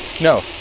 No